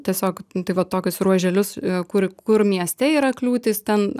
tiesiog tai va tokius ruoželius kur kur mieste yra kliūtys ten